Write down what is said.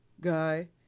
guy